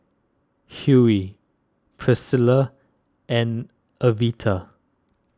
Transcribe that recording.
Hughey Pricilla and Evita